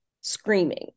screaming